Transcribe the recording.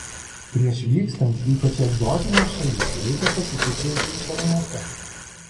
prieš vykstant ypač į egzotines šalis reikia pasitikrinti internete